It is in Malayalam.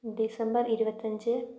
ഡിസംബർ ഇരുപത്തഞ്ച്